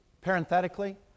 parenthetically